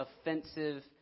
offensive